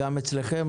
גם אצלכם,